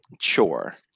chore